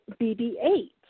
BB-8